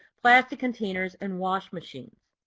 plastic containers and washing machines.